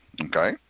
Okay